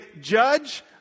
judge